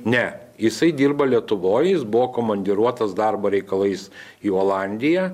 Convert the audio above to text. ne jisai dirba lietuvoj jis buvo komandiruotas darbo reikalais į olandiją